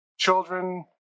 Children